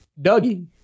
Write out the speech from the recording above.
Dougie